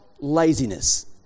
laziness